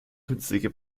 künstliche